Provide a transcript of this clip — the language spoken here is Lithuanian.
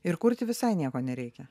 ir kurti visai nieko nereikia